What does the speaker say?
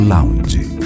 Lounge